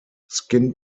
skin